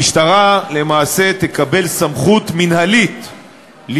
המשטרה למעשה תקבל סמכות מינהלית,